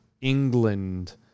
England